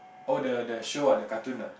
oh the the show ah the cartoon ah